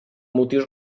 motius